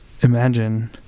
imagine